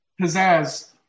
pizzazz